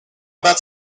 about